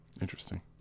interesting